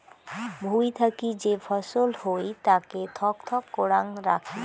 ভুঁই থাকি যে ফছল হই তাকে থক থক করাং রাখি